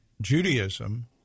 Judaism